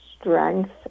strength